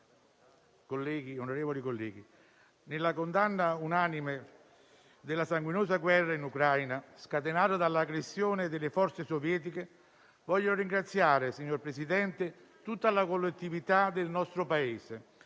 Presidente, onorevoli colleghi, nella condanna unanime della sanguinosa guerra in Ucraina, scatenata dall'aggressione delle forze sovietiche, voglio ringraziare l'intera collettività del nostro Paese,